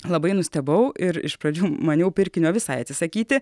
labai nustebau ir iš pradžių maniau pirkinio visai atsisakyti